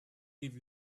give